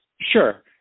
Sure